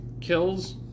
kills